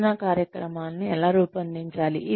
శిక్షణా కార్యక్రమాలను ఎలా రూపొందించాలి